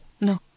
No